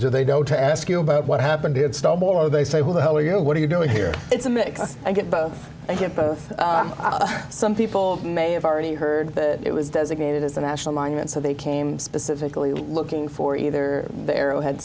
to they go to ask you about what happened did stumble or they say who the hell are you what are you doing here it's a mix of both some people may have already heard it was designated as a national monument so they came specifically looking for either the arrowhead